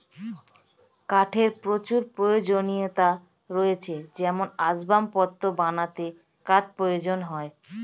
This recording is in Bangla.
কাঠের প্রচুর প্রয়োজনীয়তা রয়েছে যেমন আসবাবপত্র বানাতে কাঠ প্রয়োজন হয়